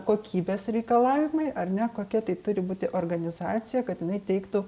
kokybės reikalavimai ar ne kokia tai turi būti organizacija kad jinai teiktų